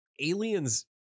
Aliens